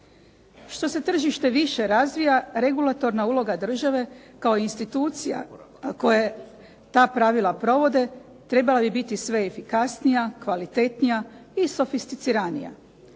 Što se tržište više razvija regulatorna uloga države kao institucija koja ta pravila provode trebala bi biti sve efikasnija, kvalitetnija i sofisticiranija.